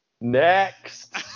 Next